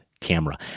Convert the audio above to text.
camera